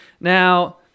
Now